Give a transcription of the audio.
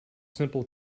simple